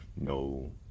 no